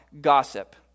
gossip